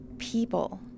people